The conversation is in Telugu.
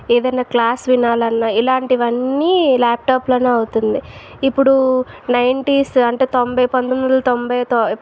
ఏదైనా క్లాసు వినాలి అన్న ఇలాంటివి అన్నీ ల్యాప్టాప్లోనే అవుతుంది ఇప్పుడు నైంటీస్ అంటే తొంభై పంతొమ్మిది వందల తొంభై